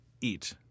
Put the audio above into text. eat